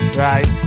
right